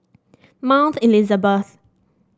Mount Elizabeth